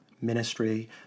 ministry